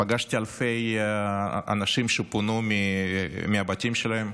פגשתי אלפי אנשים שפונו מהבתים שלהם.